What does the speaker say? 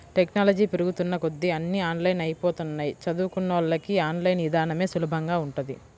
technology పెరుగుతున్న కొద్దీ అన్నీ ఆన్లైన్ అయ్యిపోతన్నయ్, చదువుకున్నోళ్ళకి ఆన్ లైన్ ఇదానమే సులభంగా ఉంటది